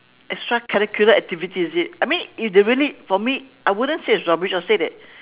extra curricular activity is it I mean if they really for me I wouldn't say it's rubbish I'll say that